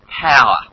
power